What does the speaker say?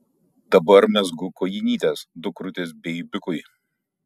dabar mezgu kojinytes dukrutės beibiukui